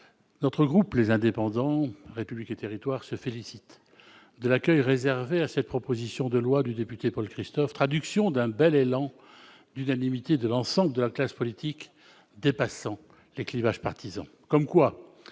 Le groupe Les Indépendants-République et Territoires se félicite de l'accueil réservé à cette proposition de loi du député Paul Christophe, qui traduit un bel élan d'unanimité de la classe politique, dépassant les clivages partisans. La